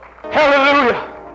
Hallelujah